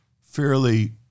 fairly